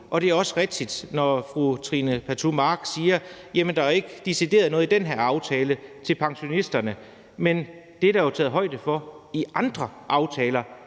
og det er også rigtigt, når fru Trine Pertou Mach siger, at der i den her aftale ikke decideret er noget til pensionisterne. Men det er der jo taget højde for i andre aftaler.